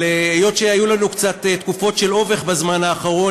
אבל היות שהיו לנו קצת תקופות של אובך בזמן האחרון,